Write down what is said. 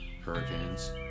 hurricanes